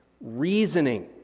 reasoning